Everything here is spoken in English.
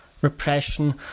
repression